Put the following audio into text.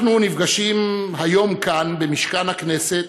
אנחנו נפגשים היום כאן, במשכן הכנסת,